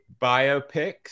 biopics